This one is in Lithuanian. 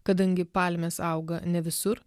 kadangi palmės auga ne visur